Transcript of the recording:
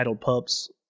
pups